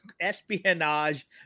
espionage